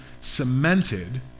cemented